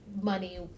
money